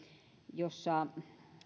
jossa